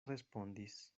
respondis